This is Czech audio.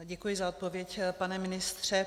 Děkuji za odpověď, pane ministře.